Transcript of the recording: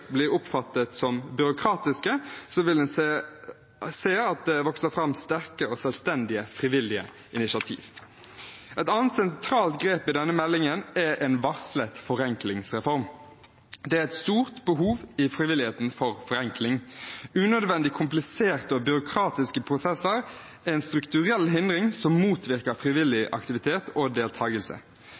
blir oppfattet som byråkratiske, vil en se at det vokser fram sterke og selvstendige frivillige initiativ. Et annet sentralt grep i denne meldingen er en varslet forenklingsreform. Det er et stort behov i frivilligheten for forenkling. Unødvendig kompliserte og byråkratiske prosesser er en strukturell hindring som motvirker frivillig aktivitet og